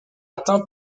atteint